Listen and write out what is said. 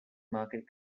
market